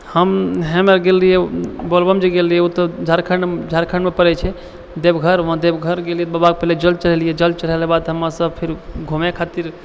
हम हम ने गेल रहिये बोलबम जे गेल रहिये ओ तऽ झारखण्ड झारखण्डमे पड़ै छै देवघर वहाँ देवघर गेलिये बाबाके पहिने जल चढ़ेलिये जल चढ़ेलाक बाद हमरासभ फिर घुमै खातिर